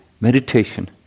meditation